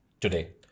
today